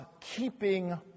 keeping